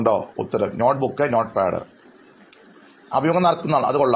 അഭിമുഖം സ്വീകരിക്കുന്നയാൾ note book notepad അഭിമുഖം നടത്തുന്നയാൾ അതു കൊള്ളാം